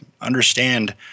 understand